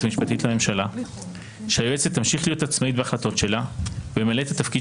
המשפטית לממשלה שהיועצת תמשיך להיות עצמאית בהחלטות שלה ולמלא את התפקיד